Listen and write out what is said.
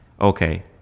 okay